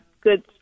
good